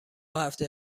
هفته